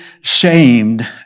shamed